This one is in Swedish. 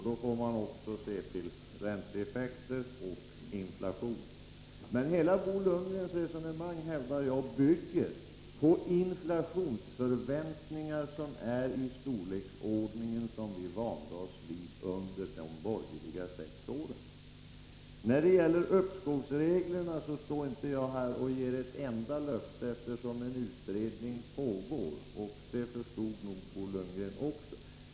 Därför måste vi också se till ränteeffekter och inflation. Bo Lundgrens hela resonemang bygger, hävdar jag, på förväntningar om en inflation i den storleksordning som vi vande oss vid under de sex borgerliga regeringsåren. När det gäller uppskovsreglerna ger jag inte ett enda löfte, eftersom en utredning pågår, och det förstod nog Bo Lundgren i alla fall.